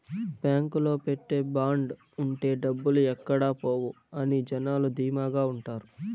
బాంకులో పెట్టే బాండ్ ఉంటే డబ్బులు ఎక్కడ పోవు అని జనాలు ధీమాగా ఉంటారు